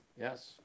Yes